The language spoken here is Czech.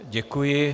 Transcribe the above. Děkuji.